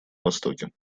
востоке